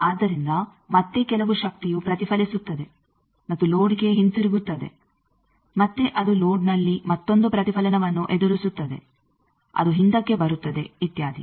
ಆದ್ದರಿಂದ ಮತ್ತೆ ಕೆಲವು ಶಕ್ತಿಯು ಪ್ರತಿಫಲಿಸುತ್ತದೆ ಮತ್ತು ಲೋಡ್ಗೆ ಹಿಂತಿರುಗುತ್ತದೆ ಮತ್ತೆ ಅದು ಲೋಡ್ನಲ್ಲಿ ಮತ್ತೊಂದು ಪ್ರತಿಫಲನವನ್ನು ಎದುರಿಸುತ್ತದೆ ಅದು ಹಿಂದಕ್ಕೆ ಬರುತ್ತದೆ ಇತ್ಯಾದಿ